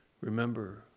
Remember